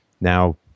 now